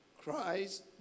Christ